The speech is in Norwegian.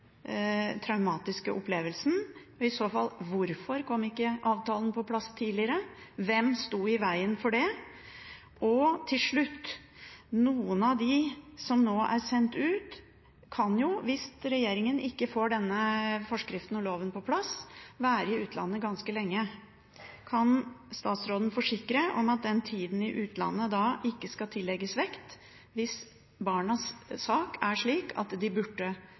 traumatiske opplevelsen? I så fall: Hvorfor kom ikke avtalen på plass tidligere? Hvem sto i veien for det? Til slutt: Noen av dem som nå er sendt ut, kan jo, hvis regjeringen ikke får denne forskriften og loven på plass, være i utlandet ganske lenge. Kan statsråden forsikre om at den tida i utlandet da ikke skal tillegges vekt hvis barnas sak er slik at de